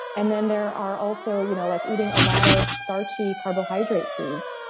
and then there are also, you know, like eating a lot of starchy carbohydrate foods.